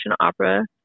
opera